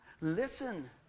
listen